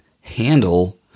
handle